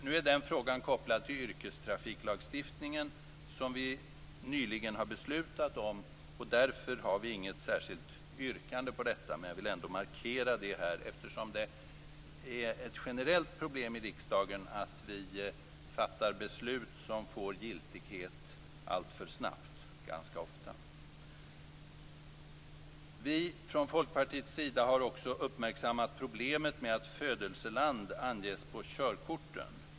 Nu är den frågan kopplad till yrkestrafiklagstiftningen, som riksdagen nyligen har beslutat om, och därför har vi inget särskilt yrkande om detta. Men jag vill ändå markera det, eftersom det är ett generellt problem i riksdagen att vi ganska ofta fattar beslut som får giltighet alltför snabbt. Vi från Folkpartiets sida har också uppmärksammat problemet med att födelseland anges på körkorten.